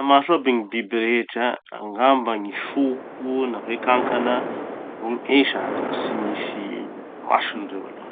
Mana maso aby gny biby rehetra. Angamba gny soko na hoe kankana vo gny esa, ataoko tsy misy masony reo aloha.